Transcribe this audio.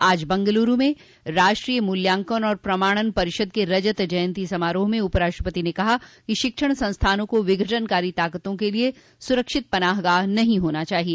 आज बेंगलुरू में राष्ट्रीय मूल्यांकन और प्रमाणन परिषद के रजत जंयती समारोह में उपराष्ट्रपति ने कहा कि शिक्षण संस्थानों को विघटनकारी ताकतों के लिए सुरक्षित पनाहगाह नहीं होना चाहिए